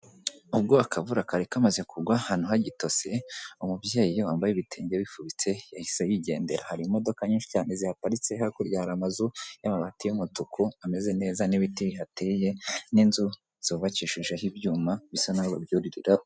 Ubwo akavura kari kamaze kugwa ahantu hagitose, umubyeyi wambaye ibitenge wifubitse yahise yigendera, hari imodoka nyinshi cyane ziparitse, hakurya hari amazu y'amabati y'umutuku ameze neza n'ibiti hateye n'inzu zubakishijeho ibyuma bisa n'aho babyuririraho.